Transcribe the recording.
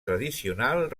tradicional